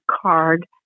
card